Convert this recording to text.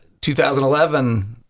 2011